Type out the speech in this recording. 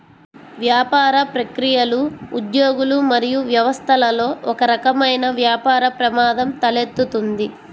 వ్యాపార ప్రక్రియలు, ఉద్యోగులు మరియు వ్యవస్థలలో ఒకరకమైన వ్యాపార ప్రమాదం తలెత్తుతుంది